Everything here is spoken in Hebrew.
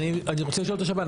אני רוצה לשאול את השב"ן,